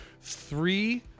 three